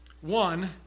One